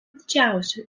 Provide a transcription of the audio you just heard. didžiausiu